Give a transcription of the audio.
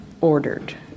ordered